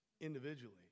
individually